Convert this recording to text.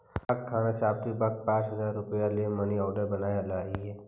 डाकखाना से आवित वक्त पाँच हजार रुपया ले मनी आर्डर बनवा लइहें